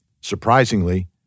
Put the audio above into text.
Surprisingly